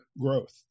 growth